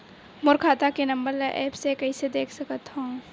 मोर खाता के नंबर ल एप्प से कइसे देख सकत हव?